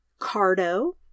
cardo